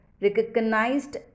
recognized